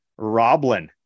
Roblin